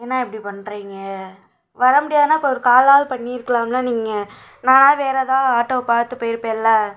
ஏன்ணா இப்படி பண்றீங்க வர முடியாதுன்னால் அப்போ ஒரு காலாவது பண்ணியிருக்கலாம்ல நீங்கள் நானாவது வேற ஏதாவது ஆட்டோவை பார்த்து போயிருப்பேன்ல